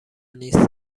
نیستم